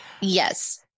Yes